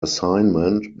assignment